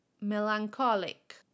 melancholic